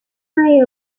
play